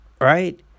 Right